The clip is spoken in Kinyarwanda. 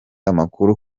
amakuru